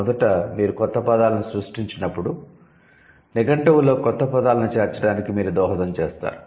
మొదట మీరు క్రొత్త పదాలను సృష్టించినప్పుడు నిఘంటువులో క్రొత్త పదాలను చేర్చడానికి మీరు దోహదం చేస్తారు